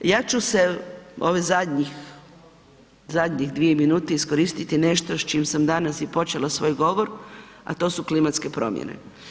Ja ću ove zadnje dvije minute iskoristiti nešto s čim sam danas i počela svoj govor, a to su klimatske promjene.